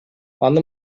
аны